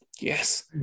yes